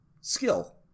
skill